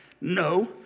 No